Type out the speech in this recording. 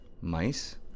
mice